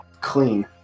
Clean